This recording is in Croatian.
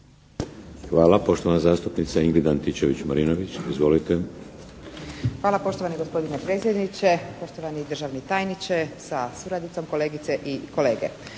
Hvala. Poštovana zastupnica Ingrid Antičević Marinović. Izvolite! **Antičević Marinović, Ingrid (SDP)** Hvala poštovani gospodine predsjedniče, poštovani državni tajniče sa suradnicom, kolegice i kolege.